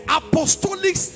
apostolic